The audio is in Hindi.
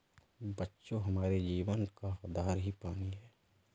बच्चों हमारे जीवन का आधार ही पानी हैं